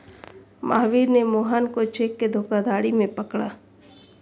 महावीर ने मोहन को चेक के धोखाधड़ी में पकड़ा